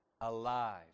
alive